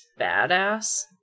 badass